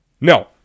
No